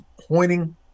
pointing